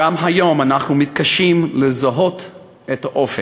גם היום, אנחנו מתקשים לזהות את האופק,